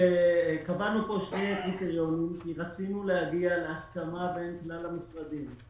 קבענו פה שני קריטריונים כי רצינו להגיע להסכמה בין כלל המשרדים.